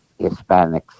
Hispanics